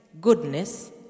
goodness